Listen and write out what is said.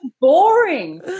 Boring